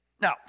Now